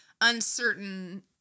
uncertain